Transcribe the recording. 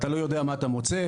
אתה לא יודע מה אתה מוצא.